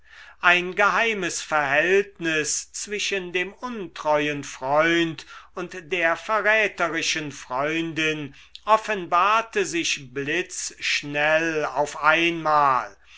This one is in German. ein geheimes verhältnis zwischen dem untreuen freund und der verräterischen freundin offenbarte sich blitzschnell auf einmal